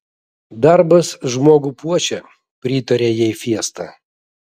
darbas žmogų puošia pritarė jai fiesta